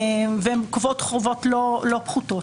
והן קובעות חובות לא פחותות.